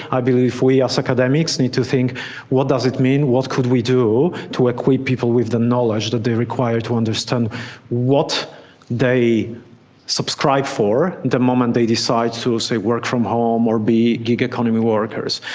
i believe we as academics need to think what does it mean, what could we do to equip people with the knowledge that they require to understand what they subscribe for the moment they decide to, say, work from home or be gig economy workers.